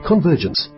Convergence